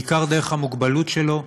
בעיקר דרך המוגבלות שלו,